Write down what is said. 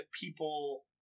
people